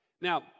Now